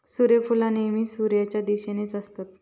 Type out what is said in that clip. सुर्यफुला नेहमी सुर्याच्या दिशेनेच असतत